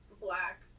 black